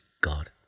God